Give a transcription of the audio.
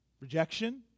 rejection